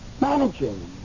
Managing